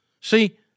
See